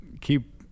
keep